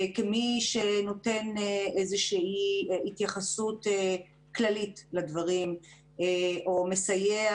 כמי שנותן איזושהי התייחסות כללית לדברים או מסייע